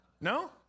No